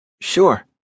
Sure